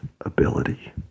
ability